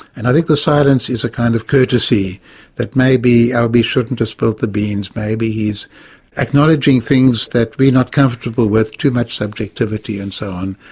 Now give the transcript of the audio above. and i think the silence is a kind of courtesy that maybe albie shouldn't have spilt the beans, maybe he's acknowledging things that we're not comfortable with, too much subjectivity, and so on.